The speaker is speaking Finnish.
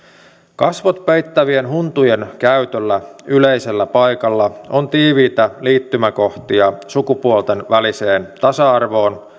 kasvot peittävien huntujen käytöllä yleisellä paikalla on tiiviitä liittymäkohtia sukupuolten väliseen tasa arvoon